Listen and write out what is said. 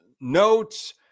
notes